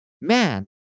man